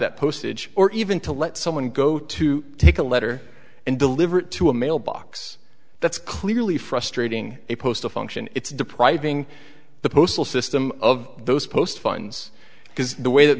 that postage or even to let someone go to take a letter and deliver it to a mailbox that's clearly frustrating a postal function it's depriving the postal system of those post funds because the way that